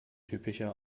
typischer